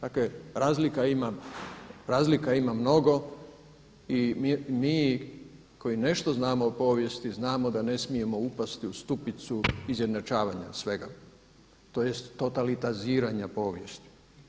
Dakle, razlika ima mnogo i mi koji nešto znamo o povijesti znamo da ne smijemo upasti u stupicu izjednačavanja svega, tj. totalitaziranja povijesti.